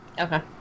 Okay